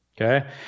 okay